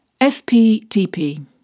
FPTP